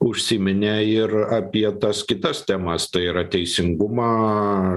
užsiminė ir apie tas kitas temas tai yra teisingumą